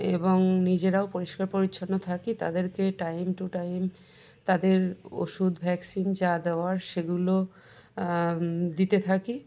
এবং নিজেরাও পরিষ্কার পরিচ্ছন্ন থাকি তাদেরকে টাইম টু টাইম তাদের ওষুধ ভ্যাকসিন যা দেওয়ার সেগুলো দিতে থাকি